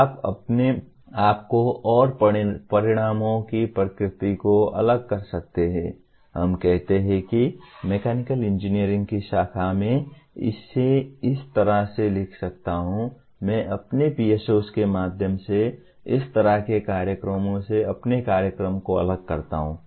आप अपने आप को और परिणामों की प्रकृति को अलग कर सकते हैं हम कहते हैं कि मैकेनिकल इंजीनियरिंग की शाखा मैं इसे इस तरह से लिख सकता हूं मैं अपने PSOs के माध्यम से इसी तरह के कार्यक्रमों से अपने कार्यक्रम को अलग करता हूं